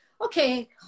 okay